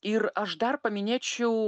ir aš dar paminėčiau